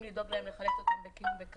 לדאוג להם כך שיוכלו לקיים חיים בכבוד,